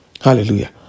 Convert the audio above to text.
Hallelujah